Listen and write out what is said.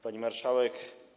Pani Marszałek!